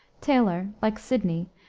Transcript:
taylor, like sidney,